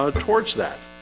ah towards that